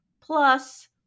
plus